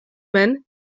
man